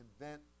invent